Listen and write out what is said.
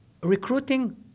recruiting